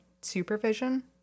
supervision